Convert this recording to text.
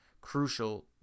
crucial